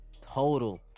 total